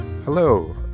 Hello